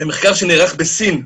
במחקר שנערך בסין,